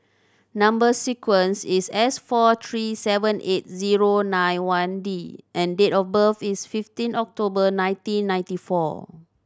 number sequence is S four three seven eight zero nine one D and date of birth is fifteen October nineteen ninety four